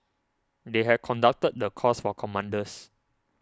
they had conducted the course for commanders